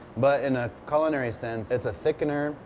but in a culinary sense it's a thickener.